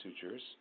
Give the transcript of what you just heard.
sutures